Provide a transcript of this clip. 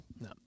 No